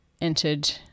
entered